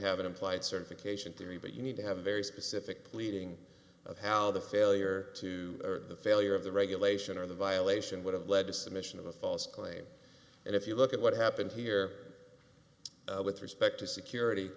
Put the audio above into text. have an implied certification theory but you need to have a very specific pleading of how the failure to the failure of the regulation or the violation would have led to submission of a false claim and if you look at what happened here with respect to security